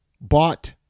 bought